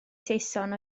saeson